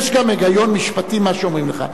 יש גם היגיון משפטי במה שאומרים לך.